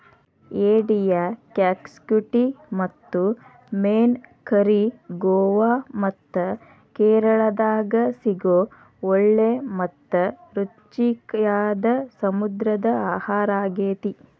ಏಡಿಯ ಕ್ಸಾಕುಟಿ ಮತ್ತು ಮೇನ್ ಕರಿ ಗೋವಾ ಮತ್ತ ಕೇರಳಾದಾಗ ಸಿಗೋ ಒಳ್ಳೆ ಮತ್ತ ರುಚಿಯಾದ ಸಮುದ್ರ ಆಹಾರಾಗೇತಿ